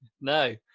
No